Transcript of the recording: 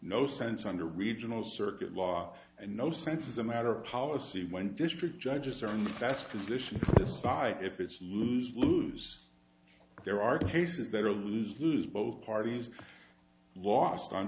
no sense under regional circuit law and no sense as a matter of policy when district judges are in the best position decide if it's lose lose there are cases that are lose lose both parties lost on